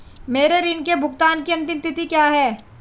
मेरे ऋण के भुगतान की अंतिम तिथि क्या है?